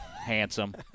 Handsome